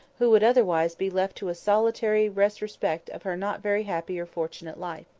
who would otherwise be left to a solitary retrospect of her not very happy or fortunate life.